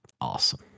awesome